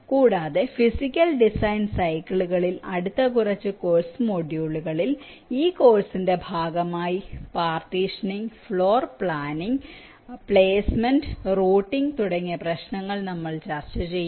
കൂടാതെ physical design സൈക്കിളിൽ അടുത്ത കുറച്ച് കോഴ്സ് മൊഡ്യൂളുകളിൽ ഈ കോഴ്സിന്റെ ഭാഗമായി partitioning floor planning placement routing തുടങ്ങിയ പ്രശ്നങ്ങൾ നമ്മൾ ചർച്ച ചെയ്യും